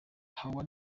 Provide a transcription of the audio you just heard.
hawa